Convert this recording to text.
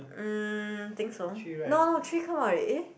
um think so no no three come out already eh